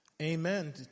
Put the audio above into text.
Amen